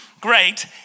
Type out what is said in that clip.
great